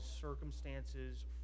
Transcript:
circumstances